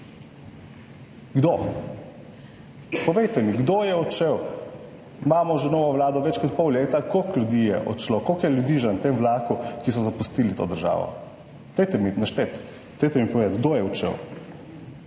Kdo? Povejte mi, kdo je odšel. Imamo novo Vlado že več kot pol leta. Koliko ljudi je odšlo? Koliko je ljudi že na tem vlaku, ki so zapustili to državo? Dajte mi našteti, dajte mi povedati, kdo je odšel.